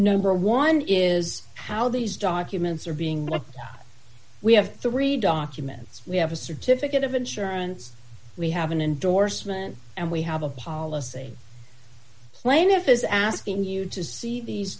number one is how these documents are being what we have three documents we have a certificate of insurance we have an endorsement and we have a policy plaintiff is asking you to see these